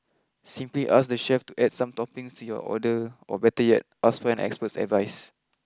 simply ask the chef to add some toppings to your order or better yet ask for an expert's advice